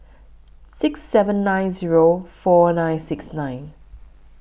six seven nine Zero four nine six nine